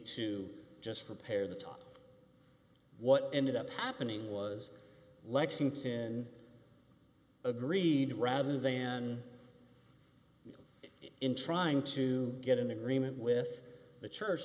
to just repair the top what ended up happening was lexington agreed rather than in trying to get an agreement with the church